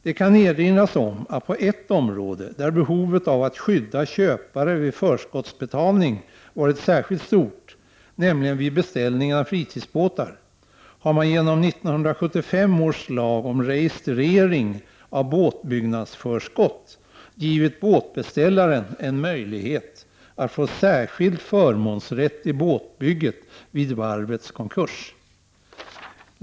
Det kan erinras om att på ett område där behovet av att skydda köpare vid förskottsbetalning varit särskilt stort, nämligen vid beställning av fritidsbåtar, har man genom 1975 års lag om registrering av båtbyggnadsförskott givit båtbeställare en möjlighet att få särskild förmånsrätt i båtbygget vid varvets konkurs.